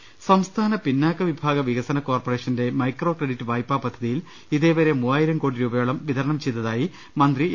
രദേശ്ശേ സംസ്ഥാന പിന്നോക്ക വിഭാഗ വികസന കോർപ്പറേഷന്റെ മൈക്രോ ക്രഡിറ്റ് വായ്പാ പദ്ധതിയിൽ ഇതേവരെ മൂവായിരം കോടി രൂപയോളം വിതരണം ചെയ്തതായി മന്ത്രി എ